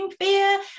fear